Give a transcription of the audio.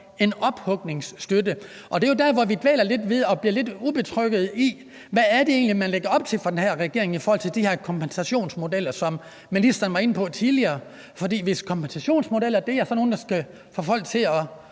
en ophugningsstøtte. Det er jo der, vi dvæler lidt ved det og bliver lidt utrygge, for hvad er det egentlig, man lægger op til fra den her regerings side i forhold til de her kompensationsmodeller, som ministeren var inde på tidligere? For hvis kompensationsmodeller er sådan nogle, der skal få folk til at